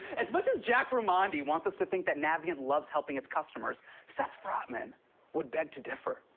as much as jack remondi wants us to think that navient loves helping its customers, seth frotman would beg to differ.